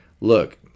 look